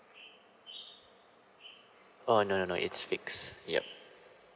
oh no no no It's fixed yup